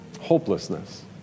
Hopelessness